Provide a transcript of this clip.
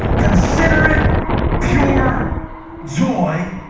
consider it pure joy,